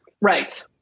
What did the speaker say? Right